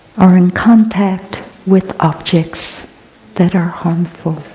are in contact with objects that are harmful,